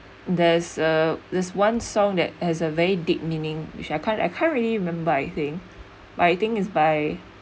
there's uh this one song that has a very deep meaning which I can't I can't really remember I think but I think it's by